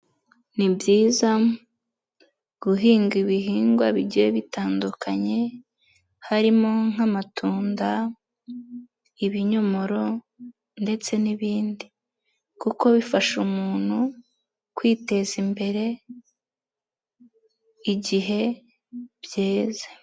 Ni byiza guhinga ibihingwa bigiye bitandukanye, harimo nk'amatunda, ibinyomoro ndetse n'ibindi kuko bifasha umuntu kwiteza imbere, igihe byeze.